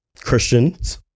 Christians